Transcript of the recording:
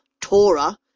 Torah